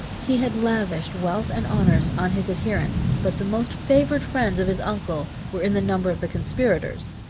he had lavished wealth and honors on his adherents but the most favored friends of his uncle were in the number of the conspirators.